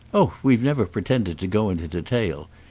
oh we've never pretended to go into detail.